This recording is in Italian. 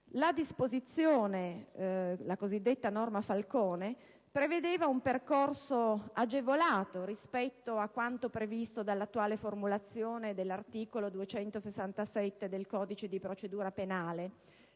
in esso contenuti. La cosiddetta norma Falcone prevedeva un percorso agevolato rispetto a quanto previsto dall'attuale formulazione dell'articolo 267 del codice di procedura penale,